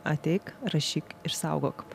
ateik rašyk išsaugok